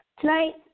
Tonight